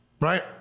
right